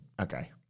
Okay